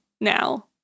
now